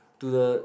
to the